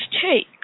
take